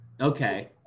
Okay